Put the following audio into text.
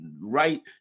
right